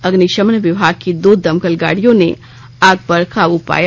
अग्निशमन विभाग की दो दमकल गाडियों ने आग पर काबू पाया